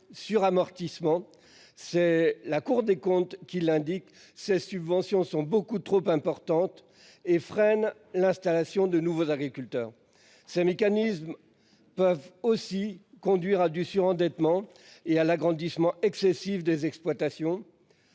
suramortissement. C'est la Cour des comptes qui l'indique. Ces subventions sont beaucoup trop importantes et freine l'installation de nouveaux agriculteurs ces mécanismes. Peuvent aussi conduire à du surendettement et à l'agrandissement excessive des exploitations.